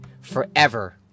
forever